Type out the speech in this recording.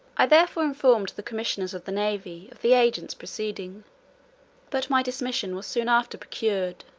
i therefore informed the commissioners of the navy of the agent's proceeding but my dismission was soon after procured,